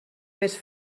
més